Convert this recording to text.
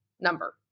Number